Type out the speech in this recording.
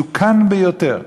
מסוכן ביותר.